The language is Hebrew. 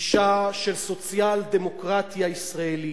גישה של סוציאל-דמוקרטיה ישראלית,